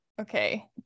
Okay